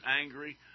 angry